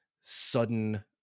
sudden